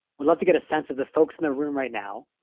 we'd love to get a sense of the folks in the room right now.